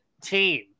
team